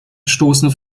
stoßen